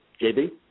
JB